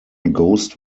ghost